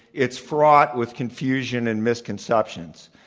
it's fraught with confusion and misconceptions.